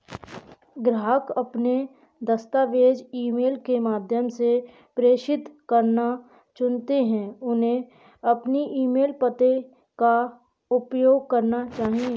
ग्राहक अपने दस्तावेज़ ईमेल के माध्यम से प्रेषित करना चुनते है, उन्हें अपने ईमेल पते का उपयोग करना चाहिए